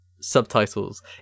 subtitles